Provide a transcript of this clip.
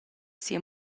sia